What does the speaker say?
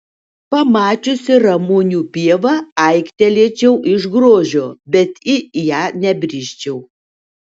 pamačiusi ramunių pievą aiktelėčiau iš grožio bet į ją nebrisčiau